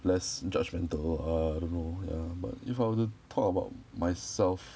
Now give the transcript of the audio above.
less judgmental err I don't know ya but if I were to talk about myself